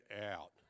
out